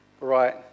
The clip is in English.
right